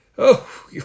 Oh